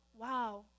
wow